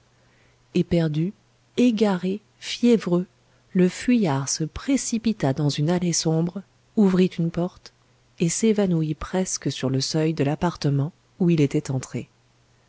éperdu égaré fiévreux le fuyard se précipita dans une allée sombre ouvrit une porte et s'évanouit presque sur le seuil de l'appartement où il était entré